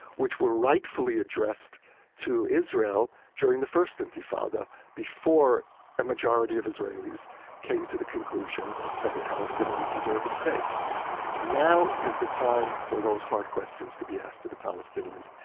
which were rightfully addressed to israel during the first intifada before a majority of israelis came to the conclusion that the palestinians deserve a state now is the time for those hard questions to be asked to the palestinians,